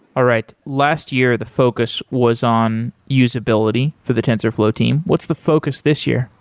all right. last year the focus was on usability for the tensorflow team. what's the focus this year?